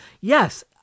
Yes